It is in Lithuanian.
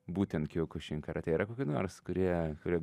būtent kiokušin karatė yra kokių nors kurie kurie